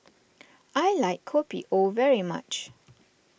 I like Kopi O very much